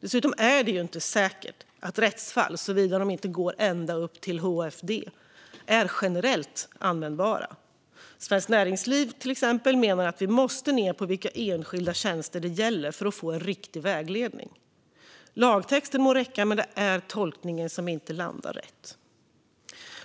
Dessutom är det inte säkert att rättsfall, såvida de inte går ända upp till Högsta förvaltningsdomstolen, är generellt användbara. Svenskt Näringsliv till exempel menar att vi måste komma ned till vilka enskilda tjänster det gäller för att få en riktig vägledning. Lagtexten må räcka, men det är tolkningen som inte landar rätt.